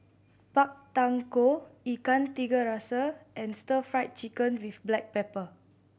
Pak Thong Ko Ikan Tiga Rasa and Stir Fried Chicken with black pepper